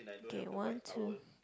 K one two